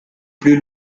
plus